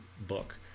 book